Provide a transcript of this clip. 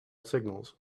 signals